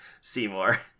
Seymour